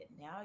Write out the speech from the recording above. now